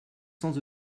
sans